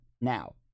Now